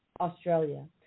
Australia